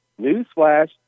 newsflash